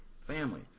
family